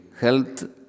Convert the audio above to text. health